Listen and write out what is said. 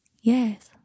Yes